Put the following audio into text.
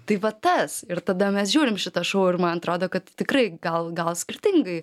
tai va tas ir tada mes žiūrim šitą šou ir man atrodo kad tikrai gal gal skirtingai